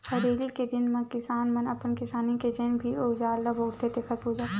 हरेली के दिन म किसान मन अपन किसानी के जेन भी अउजार ल बउरथे तेखर पूजा करथे